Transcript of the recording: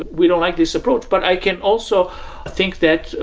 ah we don't like this approach, but i can also think that,